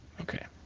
Okay